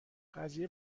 قضیه